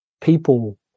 people